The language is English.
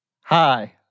Hi